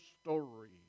story